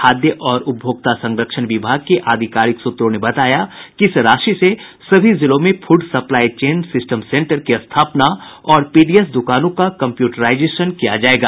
खाद्य और उपभोक्ता संरक्षण विभाग के आधिकारिक सूत्रों ने बताया कि इस राशि से सभी जिलों में food supply chain system centre की स्थापना और पीडीएस दुकानों का कम्प्यूटराईजेशन किया जायेगा